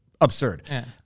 absurd